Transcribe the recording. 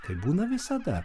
taip būna visada